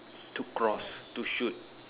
to cross to shoot